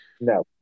No